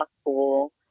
school